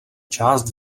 část